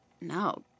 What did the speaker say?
No